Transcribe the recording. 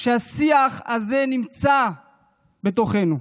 כשהשיח הזה נמצא בתוכנו,